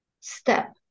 step